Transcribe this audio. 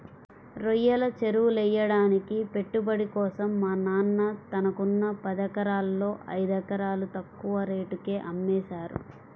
రొయ్యల చెరువులెయ్యడానికి పెట్టుబడి కోసం మా నాన్న తనకున్న పదెకరాల్లో ఐదెకరాలు తక్కువ రేటుకే అమ్మేశారు